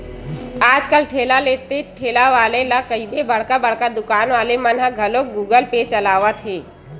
आज कल ठेला ते ठेला वाले ला कहिबे बड़का बड़का दुकान वाले मन ह घलोक गुगल पे चलावत हे